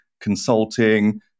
consulting